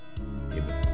Amen